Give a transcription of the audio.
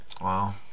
Wow